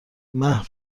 محو